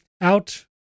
out